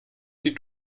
die